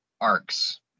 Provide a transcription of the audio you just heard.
arcs